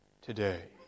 today